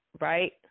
right